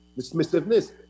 dismissiveness